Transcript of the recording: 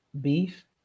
Beef